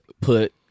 put